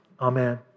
Amen